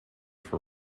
for